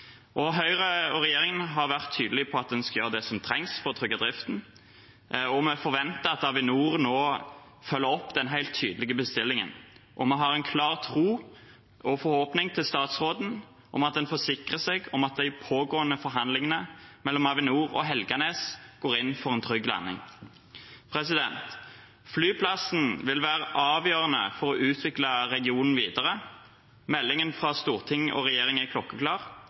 Høyre og regjeringen har vært tydelig på at en skal gjøre det som trengs for å trygge driften, og vi forventer at Avinor nå følger opp den helt tydelige bestillingen. Vi har en klar tro på og forhåpning til statsråden om at en forsikrer seg om at de pågående forhandlingene mellom Avinor og Helganes går inn for en trygg landing. Flyplassen vil være avgjørende for å utvikle regionen videre. Meldingen fra Stortinget og regjeringen er klokkeklar,